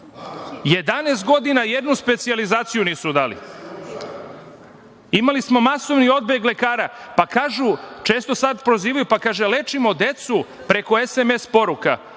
godina jednu specijalizaciju nisu dali. Imali smo masovni odbeg lekara, pa kažu, često sad prozivaju, pa kaže – lečimo decu preko SMS poruka.